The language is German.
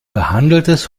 behandeltes